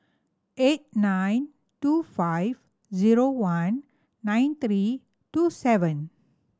eight nine two five zero one nine three two seven